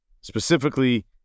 specifically